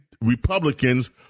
Republicans